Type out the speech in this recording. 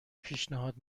پیشنهاد